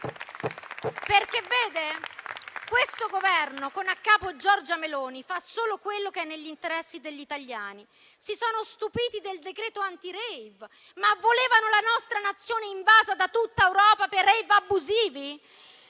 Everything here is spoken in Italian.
Presidente, questo Governo, con a capo Giorgia Meloni, fa solo quello che è negli interessi degli italiani. Si sono stupiti del decreto anti-*rave*. Ma volevano la nostra Nazione invasa, da tutta Europa, per i *rave* abusivi?